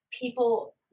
people